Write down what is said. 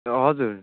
हजुर